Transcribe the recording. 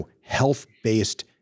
health-based